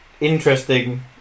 interesting